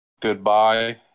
Goodbye